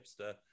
hipster